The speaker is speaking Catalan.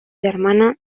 germana